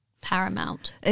paramount